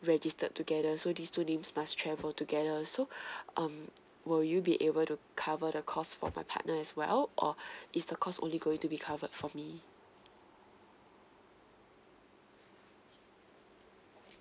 registered together so these two names must travel together so um will you be able to cover the cost for my partner as well or is the cost only going to be covered for me